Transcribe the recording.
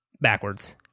backwards